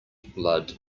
blood